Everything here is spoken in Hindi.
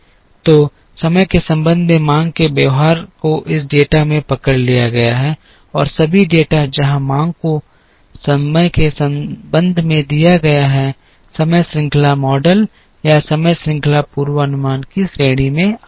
तो समय के संबंध में मांग के व्यवहार को इस डेटा में पकड़ लिया गया है और सभी डेटा जहां मांग को समय के संबंध में दिया गया है समय श्रृंखला मॉडल या समय श्रृंखला पूर्वानुमान की श्रेणी में आते हैं